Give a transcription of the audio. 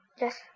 Yes